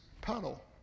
puddle